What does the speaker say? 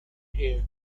hair